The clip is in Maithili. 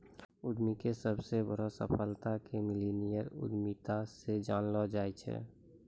उद्यमीके सबसे बड़ो सफलता के मिल्लेनियल उद्यमिता से जानलो जाय छै